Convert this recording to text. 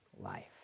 life